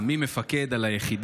2. מי מפקד על היחידה?